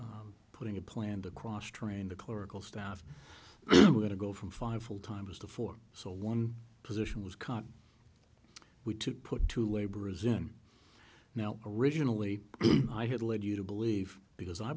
putting a plan to cross train the clerical staff and we're going to go from five full time was to four so one position was caught we to put two labor is in now originally i had led you to believe because i